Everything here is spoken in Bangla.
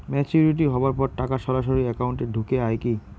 ম্যাচিওরিটি হওয়ার পর টাকা সরাসরি একাউন্ট এ ঢুকে য়ায় কি?